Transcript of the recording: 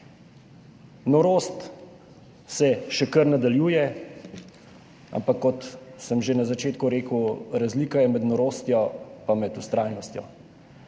Norost se še kar nadaljuje, ampak kot sem že na začetku rekel, razlika je med norostjo in med vztrajnostjo.